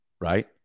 right